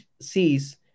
sees